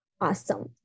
awesome